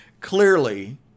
clearly